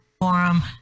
Forum